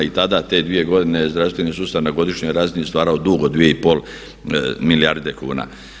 I tada te 2 godine je zdravstveni sustav na godišnjoj razini stvarao dug od 2,5 milijarde kuna.